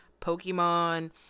Pokemon